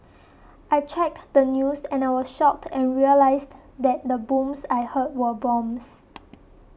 I checked the news and I was shocked and realised that the booms I heard were bombs